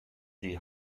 die